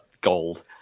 gold